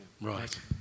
Right